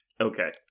Okay